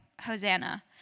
Hosanna